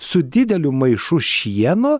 su dideliu maišu šieno